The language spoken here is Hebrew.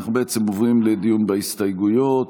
עוברים לדיון בהסתייגויות.